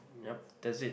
yup that's it